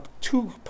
two